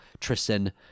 Tristan